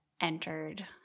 entered